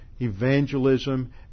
evangelism